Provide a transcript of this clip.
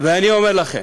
ואני אומר לכם: